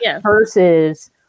versus